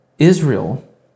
Israel